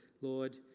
lord